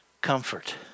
comfort